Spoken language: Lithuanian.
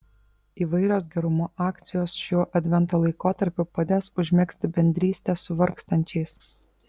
įvairios gerumo akcijos šiuo advento laikotarpiu padės užmegzti bendrystę su vargstančiais